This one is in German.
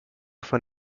von